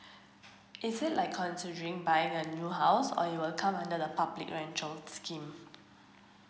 is it like considering buying a new house or it will come under the public rental scheme